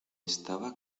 estaba